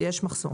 יש מחסור